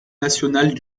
nationale